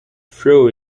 throw